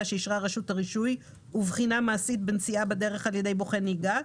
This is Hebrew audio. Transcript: שאישרה רשות הרישוי ובחינה מעשית בנסיעה בדרך על ידי בוחן נהיגה,